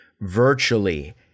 virtually